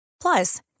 Plus